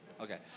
Okay